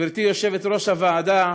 גברתי יושבת-ראש הוועדה